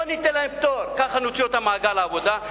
בואו ניתן להם פטור וכך נוציא אותם למעגל העבודה.